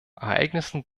ereignissen